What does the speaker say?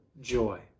joy